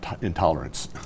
intolerance